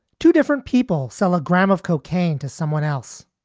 two different people sell a gram of cocaine to someone else.